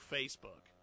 Facebook